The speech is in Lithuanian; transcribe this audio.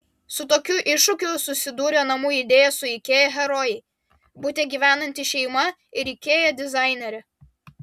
su tokiu iššūkiu susidūrė namų idėja su ikea herojai bute gyvenanti šeima ir ikea dizainerė